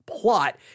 plot